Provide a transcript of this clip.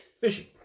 Fishing